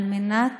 על מנת